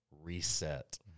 reset